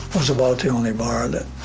was about the only bar that